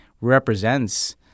represents